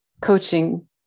coaching